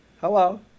Hello